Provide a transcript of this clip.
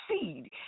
seed